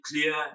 clear